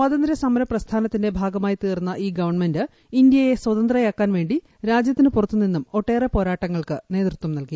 സ്വാതന്ത്യ സമര പ്രസ്ഥാനത്തിന്റെ ഭാഗമായി തീർന്ന ഈ ഗവൺമെന്റ് ഇന്ത്യയെ സ്വതന്ത്രയാക്കാൻവേണ്ടി രാജ്യത്തിന് പുറത്ത് നിന്നും ഒട്ടേറെ പോരാട്ടങ്ങൾക്ക് നേതൃത്വം നൽകി